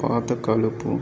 పాత కలుపు